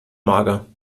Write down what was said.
mager